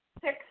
six